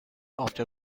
after